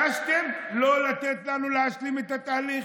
אתם התעקשתם לא לתת לנו להשלים את התהליך.